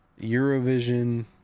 Eurovision